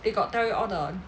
they got tell you all the